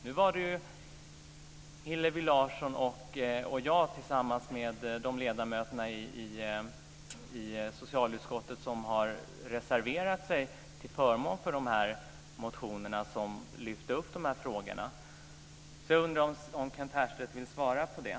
Nu var det Hillevi Larsson och jag tillsammans med de ledamöter i socialutskottet som har reserverat sig till förmån för dessa motioner som lyfte upp de här frågorna. Jag undrar om Kent Härstedt vill svara på det.